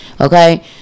okay